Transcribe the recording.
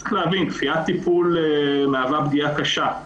צריך להבין שדחיית טיפול מהווה פגיעה קשה,